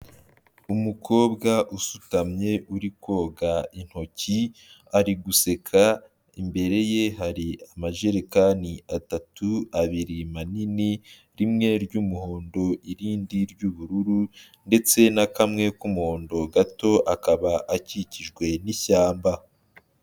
Umukobwa usutamye uri koga intoki ari guseka, imbere ye hari amajerekani atatu abiri manini, rimwe ry'umuhondo irindi ry'ubururu ndetse na kamwe k'umuhondo gato akaba akikijwe n'ishyamba.